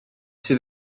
sydd